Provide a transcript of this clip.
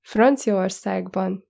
Franciaországban